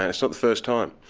and it's not the first time.